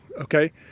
okay